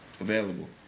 available